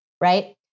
right